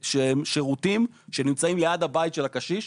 תשתית של שירותים שנמצאים ליד הבית של הקשיש,